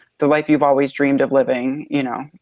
the life you've always dreamed of living, you know.